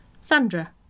Sandra